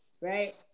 Right